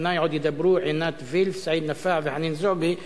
לפני עוד ידברו עינת וילף, סעיד נפאע וחנין זועבי.